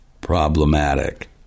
problematic